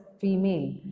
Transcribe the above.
female